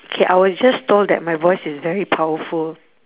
K I was just told that my voice is very powerful